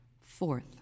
Fourth